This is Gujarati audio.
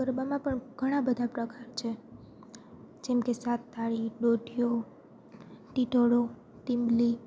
ગરબામાં પણ ઘણા બધા પ્રકાર છે જેમકે સાત તાળી દોઢિયું ટિટોળો ટીંબલી